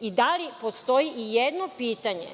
I da li postoji ijedno pitanje